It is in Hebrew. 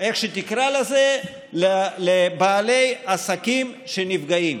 איך שתקרא לזה, לבעלי עסקים שנפגעים.